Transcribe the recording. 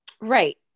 Right